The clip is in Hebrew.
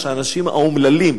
שהאנשים האומללים,